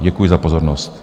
Děkuji za pozornost.